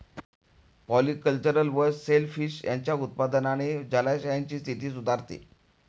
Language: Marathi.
पॉलिकल्चर व सेल फिश यांच्या उत्पादनाने जलाशयांची स्थिती सुधारते